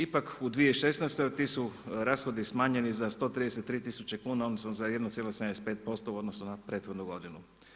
Ipak u 2016. ti su rashodi smanjeni za 133 tisuće kuna odnosno za 1,75% u odnosu na prethodnu godinu.